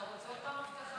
אתה רוצה עוד פעם אבטחה?